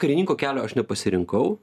karininko kelio aš nepasirinkau